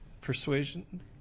persuasion